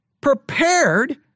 prepared